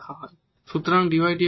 সুতরাং dydx f yx হবে